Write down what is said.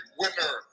winner